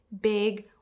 big